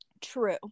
True